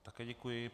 Také děkuji.